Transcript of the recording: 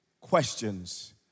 questions